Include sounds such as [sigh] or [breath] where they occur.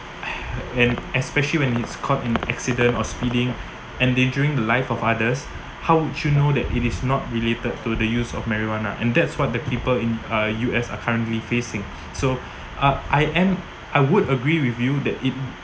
[breath] and especially when he's caught in accident or speeding endangering the life of others how would you know that it is not related to the use of marijuana and that's what the people in uh U_S are currently facing so uh I am I would agree with you that it